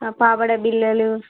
పాపడ బిళ్ళలు